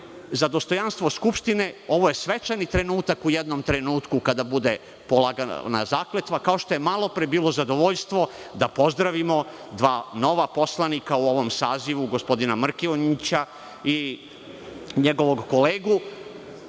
za dostojanstvo Skupštine. Ovo je svečani trenutak u jednom trenutku kada bude polagana zakletva, kao što je malopre bilo zadovoljstvo da pozdravimo dva nova poslanika u ovom sazivu, gospodina Mrkonjića i njegovog kolegu.